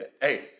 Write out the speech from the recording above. hey